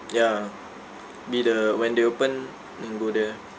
ya be the when they open then go there